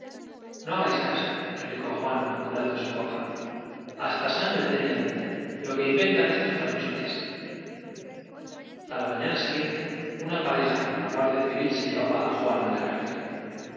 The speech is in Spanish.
no hagáis caso replicó juan apurando su copa j hasta sangre tenía dentro j lo que inventan estos franchutes la mañana siguiente una pareja de la guardia siguiente una pareja civil se llevaba á juan á la cárcel